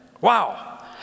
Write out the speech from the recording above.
Wow